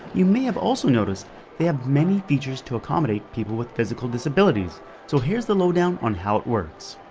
you may have also noticed they have many features to accommodate people with physical disabilities so here's the lowdown on how it works